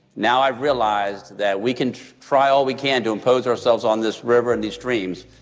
now i've realized that we can try all we can to impose ourselves on this river and these streams,